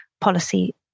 policy